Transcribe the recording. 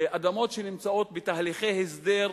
אדמות שנמצאות בתהליכי הסדר.